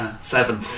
seven